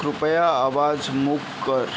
कृपया आवाज मूक कर